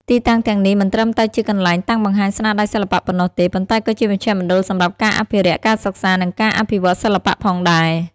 ទីតាំងទាំងនេះមិនត្រឹមតែជាកន្លែងតាំងបង្ហាញស្នាដៃសិល្បៈប៉ុណ្ណោះទេ ប៉ុន្តែក៏ជាមជ្ឈមណ្ឌលសម្រាប់ការអភិរក្ស ការសិក្សា និងការអភិវឌ្ឍន៍សិល្បៈផងដែរ។